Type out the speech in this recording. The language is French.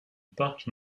parc